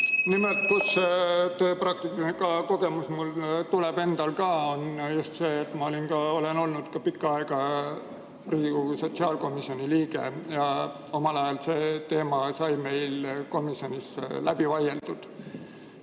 Nimelt, see praktiline kogemus mul on endal just see, et ma olen olnud pikka aega Riigikogu sotsiaalkomisjoni liige, ja omal ajal see teema sai meil komisjonis läbi vaieldud